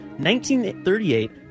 1938